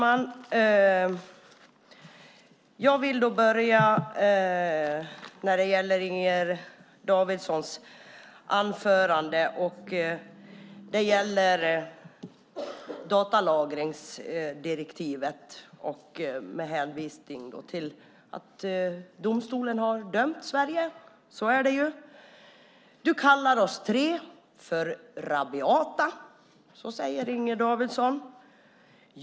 Herr talman! Inger Davidson tar i sitt anförande upp datalagringsdirektivet och hänvisar till att domstolen har dömt Sverige, och så är det. Du kallar oss tre för rabiata, Inger Davidson.